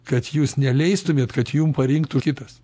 kad jūs neleistumėt kad jum parinktų kitas